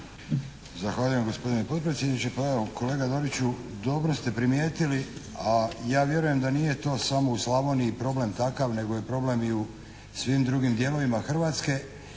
Zahvaljujem gospodine potpredsjedniče. Pa evo kolega Doriću dobro ste primijetili, a ja vjerujem da nije to samo u Slavoniji problem takav nego je problem i u svim drugim dijelovima Hrvatske